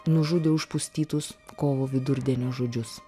nužudė užpustytus kovo vidurdienio žodžius